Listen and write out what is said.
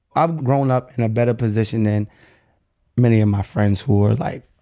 i've grown up in a better position than many of my friends who were, like,